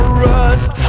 rust